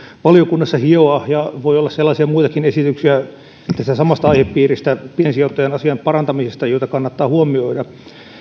valiokunnassa hioa ja voi olla sellaisia muitakin esityksiä tästä samasta aihepiiristä piensijoittajan asian parantamisesta joita kannattaa huomioida